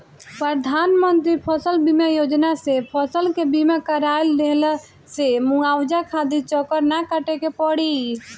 प्रधानमंत्री फसल बीमा योजना से फसल के बीमा कराए लेहला से मुआवजा खातिर चक्कर ना काटे के पड़ी